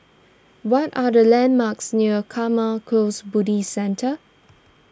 what are the landmarks near Karma Close Buddhist Centre